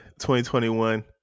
2021